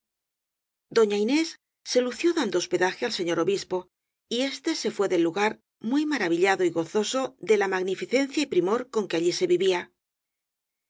se lució dando hospedaje al señor obispo y éste se fué del lugar muy maravillado y gozoso de la magnificencia y primor con que allí se vivía